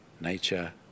Nature